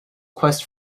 quest